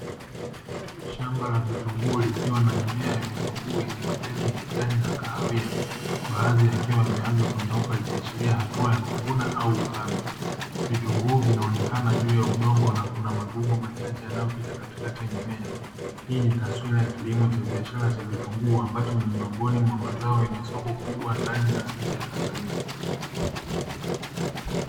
Shamba la vitunguu likiwa na mimea ya vitunguu yenye majani yakijani na kahawia, baadhi yakiwa yameanza kunyauka na kuashiria hatua ya kuvuna au ukame, vitunguu vinaonekana juu ya udongo na kuna magugu machache yanayopita kati ya mimea, hii ni taswira ya kilimo cha biashara cha vitunguu ambacho ni miongoni mwa mazao yenye soko kubwa ndani na nje ya tanzania.